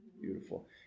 beautiful